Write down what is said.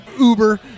Uber